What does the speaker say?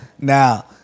Now